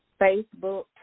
Facebook